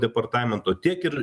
departamento tiek ir